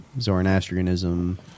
Zoroastrianism